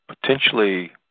potentially